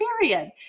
period